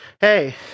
hey